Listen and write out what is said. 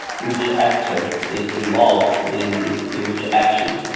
which actor is involved in in which action.